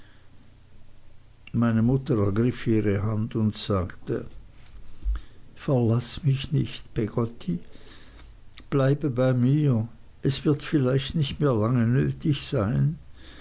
meine mutter ergriff ihre hand und sagte verlaß mich nicht peggotty bleibe bei mir es wird vielleicht nicht mehr lang nötig sein